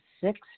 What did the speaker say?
six